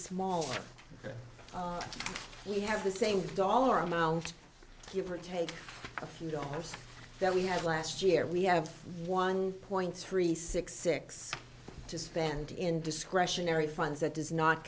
smaller we have the same dollar amount here for take a few dollars that we had last year we have one point three six six to spend in discretionary funds that does not